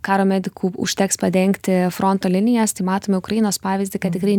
karo medikų užteks padengti fronto linijas tai matome ukrainos pavyzdį kad tikrai